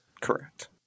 Correct